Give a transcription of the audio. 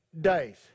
days